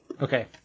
Okay